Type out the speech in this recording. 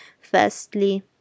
Firstly